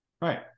right